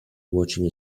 watching